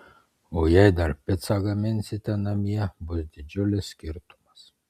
o jei dar picą gaminsite namie bus didžiulis skirtumas